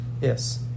Yes